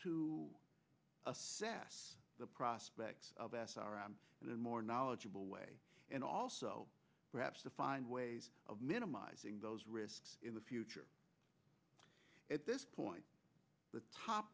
to assess the prospects of s r m and more knowledgeable way and also perhaps to find ways of minimizing those risks in the future at this point the top